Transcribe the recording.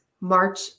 march